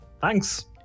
thanks